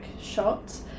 shot